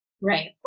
right